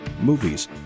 movies